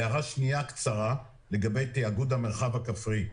הערה שנייה קצרה לגבי תאגוד המרחב הכפרי: